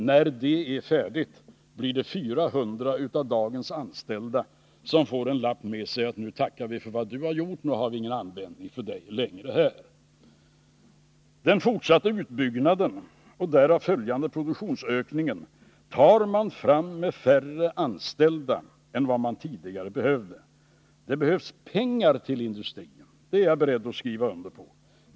När det är färdigt blir det 400 av dem som i dag är anställda som får en lapp med sig, på vilken det står: Nu tackar vi dig för vad du har gjort. Nu har vi inte längre någon användning för dig här. Den fortsatta utbyggnaden och den därav följande produktionsökningen tar man fram med färre anställda än man tidigare behövde. Det behövs pengar till industrin — det är jag beredd att skriva under på.